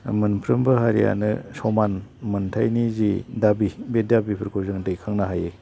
मोनफ्रोमबो हारियानो समान मोन्थाइनि जि दाबि बे दाबिफोरखौ जों दैखांनो हायो